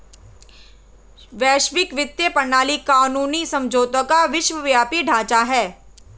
वैश्विक वित्तीय प्रणाली कानूनी समझौतों का विश्वव्यापी ढांचा है